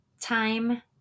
time